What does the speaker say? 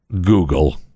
google